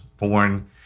Born